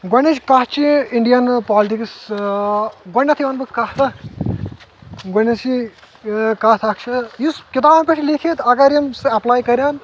گۄڈٕنِچ کتھ چھِ انڈٮ۪ن پالٹکس گۄڈٕنٮ۪تھٕے ونہٕ بہٕ کتھ اکھ گۄڈٕنٮ۪تھ چھِ کتھ اکھ چھِ یُس کتابن پٮ۪ٹھ لیٖکھِتھ اگر یِم سُہ اٮ۪پلاے کرَن